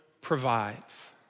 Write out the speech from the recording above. provides